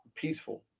peaceful